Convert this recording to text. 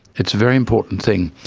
it's a very important thing,